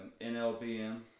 NLBM